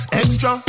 extra